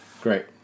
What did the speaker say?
great